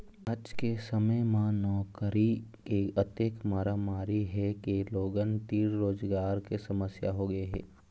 आज के समे म नउकरी के अतेक मारामारी हे के लोगन तीर रोजगार के समस्या होगे हे